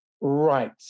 Right